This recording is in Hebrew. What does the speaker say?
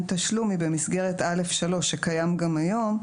תשלום היא במסגרת (א3) שקיים גם היום,